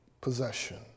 possession